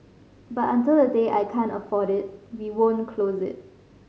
but until the day I can't afford it we won't close it